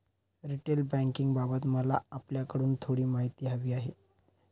retail बँकिंगबाबत मला आपल्याकडून थोडी माहिती हवी आहे